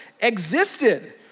existed